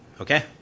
okay